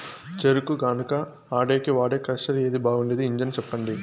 చెరుకు గానుగ ఆడేకి వాడే క్రషర్ ఏది బాగుండేది ఇంజను చెప్పండి?